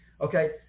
Okay